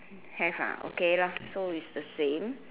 have ah okay lah so it's the same